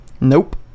Nope